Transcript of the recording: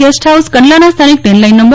guesthouse કંડલાના સ્થાનિક landline નં